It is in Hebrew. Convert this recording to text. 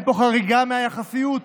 אין פה חריגה מהיחסיות,